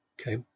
Okay